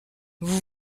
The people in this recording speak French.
vous